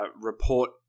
report